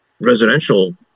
residential